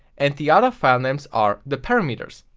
and the other file names are the parameter.